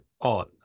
on